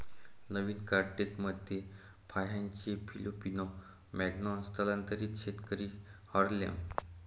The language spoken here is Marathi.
नवीन कार्ड डेकमध्ये फाहानचे फिलिपिनो मानॉन्ग स्थलांतरित शेतकरी हार्लेम